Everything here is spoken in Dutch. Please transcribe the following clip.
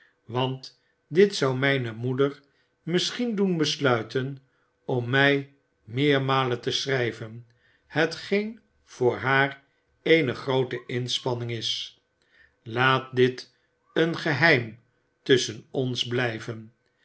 want dit zou mijne moeder misschien doen besluiten om mij meermalen te schrijven hetgeen voor haar eene groote inspanning is laat dit een geheim tusschen ons blijven